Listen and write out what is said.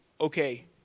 okay